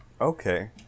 Okay